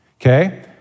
okay